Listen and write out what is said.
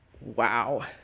Wow